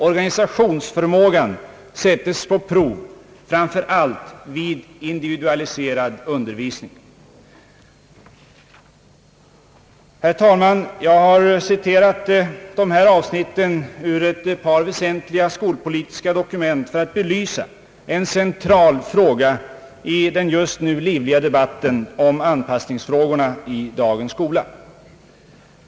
— »Organisationsförmågan sätts på prov framför allt vid individualiserad undervisning.» Herr talman! Jag har citerat dessa avsnitt ur ett par väsentliga skolpolitiska dokument för att belysa en central fråga i den just nu livliga debatten om anpassningsfrågorna i dagens skola.